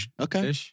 okay